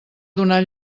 donar